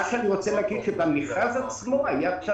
אני המפקח על המחירים במשרד הכלכלה